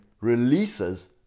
releases